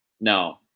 No